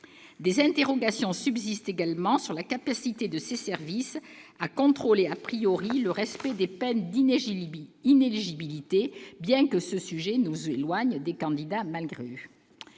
Des interrogations subsistent également sur la capacité de ces services à contrôler le respect des peines d'inéligibilité, bien que ce sujet nous éloigne des « candidats malgré eux